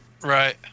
Right